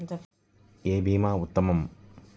ఏ భీమా ఉత్తమము?